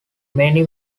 many